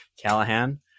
callahan